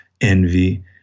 envy